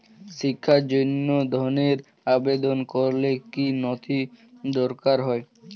শিক্ষার জন্য ধনের আবেদন করলে কী নথি দরকার হয়?